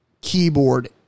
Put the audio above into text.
keyboard